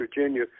Virginia